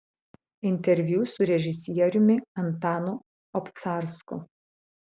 interviu su režisieriumi antanu obcarsku